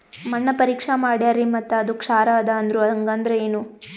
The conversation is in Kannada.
ಮಣ್ಣ ಪರೀಕ್ಷಾ ಮಾಡ್ಯಾರ್ರಿ ಮತ್ತ ಅದು ಕ್ಷಾರ ಅದ ಅಂದ್ರು, ಹಂಗದ್ರ ಏನು?